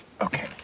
okay